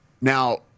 Now